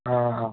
ꯑꯪ